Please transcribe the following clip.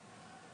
מבקר המדינה (תיקון - הגנה על חושפי שחיתויות במשטרת ישראל),